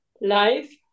life